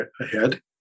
ahead